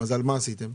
על מה עשיתם?